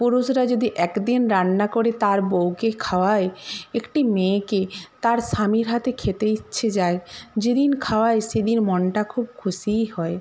পুরুষরা যদি এক দিন রান্না করে তার বৌকে খাওয়ায় একটি মেয়েকে তার স্বামীর হাতে খেতে ইচ্ছে যায় যেদিন খাওয়ায় সেদিন মনটা খুব খুশিই হয়